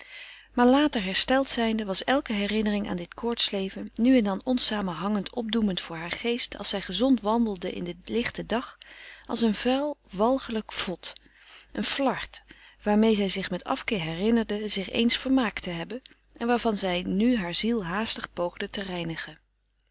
maar later hersteld zijnde was elke herinnering aan dit koorts leven nu en dan onsamenhangend opdoemend voor haar geest als zij gezond wandelde in den lichten dag als een vuil walgelijk vod een flard waarmee zij zich met afkeer herinnerde zich eens vermaakt te hebben en waarvan zij nu haar ziel haastig poogde te reinigen